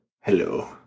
Hello